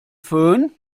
fön